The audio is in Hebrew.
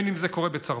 גם אם זה קורה בצרפת,